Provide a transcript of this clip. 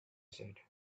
said